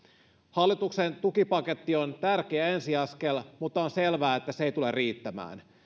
hallituksen tukipaketti on tärkeä ensiaskel mutta on selvää että se ei tule riittämään